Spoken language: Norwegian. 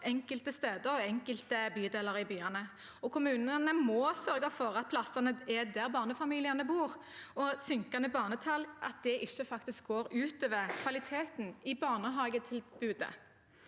enkelte steder og i enkelte bydeler. Kommunene må sørge for at plassene er der barnefamiliene bor, og at synkende barnetall ikke går ut over kvaliteten i barnehagetilbudet.